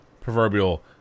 proverbial